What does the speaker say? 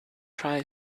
try